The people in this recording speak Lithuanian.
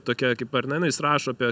tokia kaip ar ne na jis rašo apie